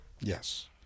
Yes